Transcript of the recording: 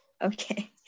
Okay